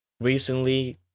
recently